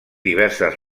diverses